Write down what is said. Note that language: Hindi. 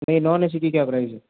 नहीं नॉन ए सी की क्या प्राइज़ है